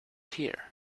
here